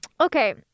okay